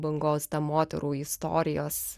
bangos ta moterų istorijos